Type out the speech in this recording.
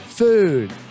Food